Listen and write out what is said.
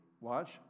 watch